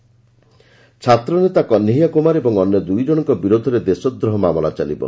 Kanhaiya sedition ଛାତ୍ର ନେତା କହ୍ନେୟା କୁମାର ଓ ଅନ୍ୟ ଦୁଇ ଜଣଙ୍କ ବିରୋଧରେ ଦେଶ ଦ୍ରୋହ ମାମଲା ଚାଲିବ